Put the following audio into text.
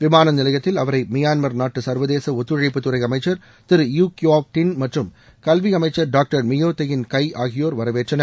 விமான நிலையத்தில் அவரை மியான்மர் நாட்டு சர்வதேச ஒத்துழைப்புத்துறை அமைச்சர் திரு யு கியாவ் டின் மற்றும் கல்வி அமைச்சர் டாக்டர் மியோ தெயின் கை ஆகியோர் வரவேற்றனர்